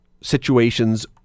situations